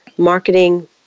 marketing